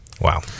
Wow